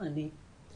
אני.